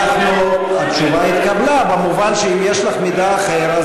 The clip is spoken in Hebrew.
התשובה התקבלה במובן שאם יש לך מידע אחר,